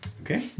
Okay